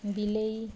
ବିଲେଇ